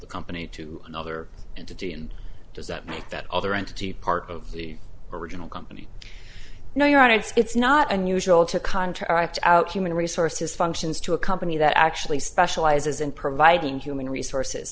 the company to another entity and does that mean that other entity part of the original company no you're right it's not unusual to contract out human resources functions to a company that actually specializes in providing human resources